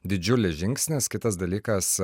didžiulis žingsnis kitas dalykas